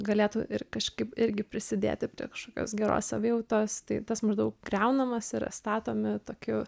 galėtų ir kažkaip irgi prisidėti prie kažkokios geros savijautos tai tas maždaug griaunamas yra statomi tokiu